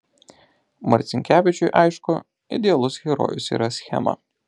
marcinkevičiui aišku idealus herojus yra schema